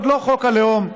עוד לא חוק הלאום,